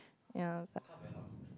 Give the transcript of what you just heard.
ya but